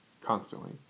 constantly